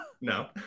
no